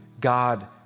God